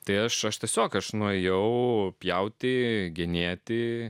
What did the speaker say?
tai aš tiesiog aš nuėjau pjauti genėti